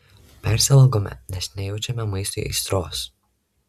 persivalgome nes nejaučiame maistui aistros